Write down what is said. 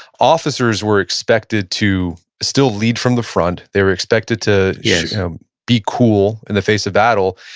officers were expected to still lead from the front. they were expected to, yes be cool in the face of battle.